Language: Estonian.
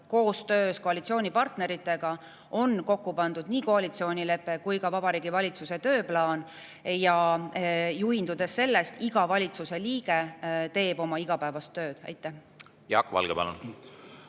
koostöös koalitsioonipartneritega kokku pandud nii koalitsioonilepe kui ka Vabariigi Valitsuse tööplaan. Juhindudes sellest, iga valitsuse liige teeb oma igapäevast tööd. Aitäh küsimuse eest!